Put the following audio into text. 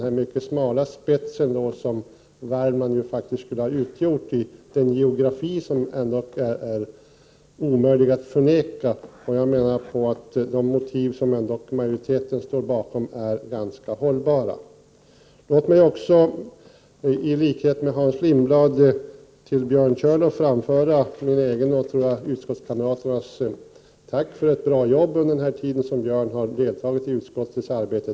Värmland skulle då ha bildat en smal spets enligt den geografi som det i alla fall är omöjligt att förneka. Jag menar att de motiv som majoriteten står bakom dock är ganska hållbara. Låt mig också, liksom Hans Lindblad, till Björn Körlof framföra mitt eget, och jag tror också utskottskamraternas, tack för ett bra arbete under den tid som han har deltagit i utskottets arbete.